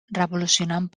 revolucionant